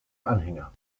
anhänger